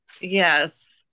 Yes